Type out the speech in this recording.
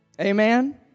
Amen